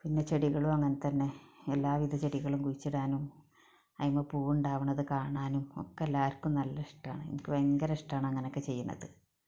പിന്നെ ചെടികളും അങ്ങനെ തന്നെ എല്ലാവിധ ചെടികളും കുഴിച്ചിടാനും അതിന്മേൽ പൂവ് ഉണ്ടാവുന്നത് കാണാനും ഒക്കെ എല്ലാവർക്കും നല്ല ഇഷ്ടമാണ് എനിക്ക് ഭയങ്കര ഇഷ്ടമാണ് അങ്ങനെയൊക്കെ ചെയ്യുന്നത്